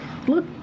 Look